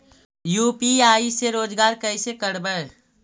UPI से रोजगार कैसे करबय?